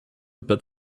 pet